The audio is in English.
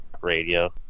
radio